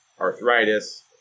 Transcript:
arthritis